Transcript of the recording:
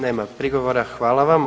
Nema prigovora, hvala vam.